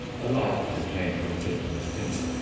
a light was obtained from flint and tinder,